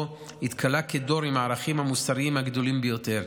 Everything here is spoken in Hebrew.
התגלה כדור עם הערכים המוסריים הגדולים ביותר.